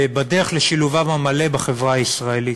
בדרך לשילובם המלא בחברה הישראלית.